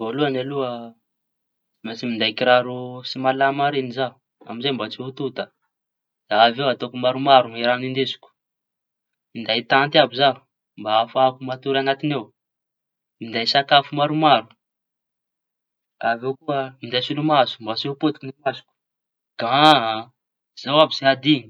Voalohañy aloha tsy maintsy minday kiraro tsy malama reñy zaho amizay mba tsy ho tonta. Da avy eo ataoko maromaro raño hindesiko minday tanty àby zaho mba ahafahako matory añatiñy ao. Minday sakafo maromaro avy eo koa minday solomaso mba tsy ho potiky masoko da zao àby sa ty.